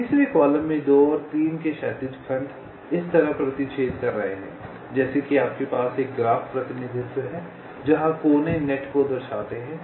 तीसरे कॉलम में 2 और 3 के क्षैतिज खंड इस तरह प्रतिच्छेद कर रहे हैं जैसे कि आपके पास एक ग्राफ प्रतिनिधित्व है जहां कोने नेट को दर्शाते हैं